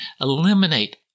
eliminate